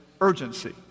urgency